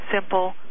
simple